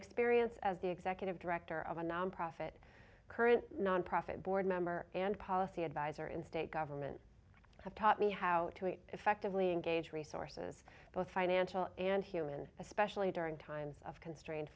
experience as the executive director of a nonprofit current nonprofit board member and policy advisor in state government have taught me how to eat effectively engage resources both financial and human especially during times of constrained